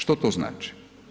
Što to znači?